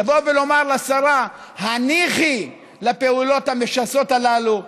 לבוא ולומר לשרה: הניחי לפעולות המשסעות הללו.